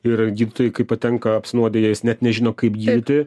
ir gydytojai kai patenka apsinuodiję jis net nežino kaip gydyti